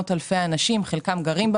שים את